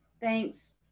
Thanks